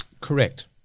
correct